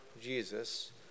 Jesus